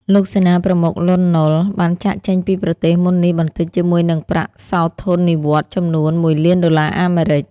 លោកសេនាប្រមុខ លន់ នល់ បានចាកចេញពីប្រទេសមុននេះបន្តិចជាមួយនឹងប្រាក់សោធននិវត្តន៍ចំនួន ១ លានដុល្លារអាមេរិក។